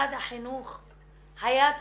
גם אני,